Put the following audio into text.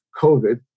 COVID